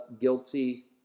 guilty